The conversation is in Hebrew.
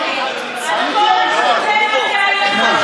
הכול, ואללה,